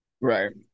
Right